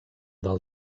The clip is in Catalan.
del